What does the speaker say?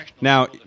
Now